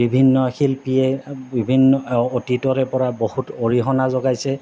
বিভিন্ন শিল্পীয়ে বিভিন্ন অতীতৰে পৰা বহুত অৰিহণা যোগাইছে